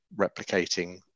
replicating